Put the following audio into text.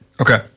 Okay